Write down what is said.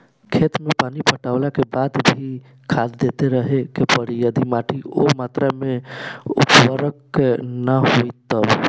खेत मे पानी पटैला के बाद भी खाद देते रहे के पड़ी यदि माटी ओ मात्रा मे उर्वरक ना होई तब?